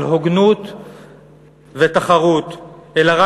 על הוגנות ותחרות, זה חבל.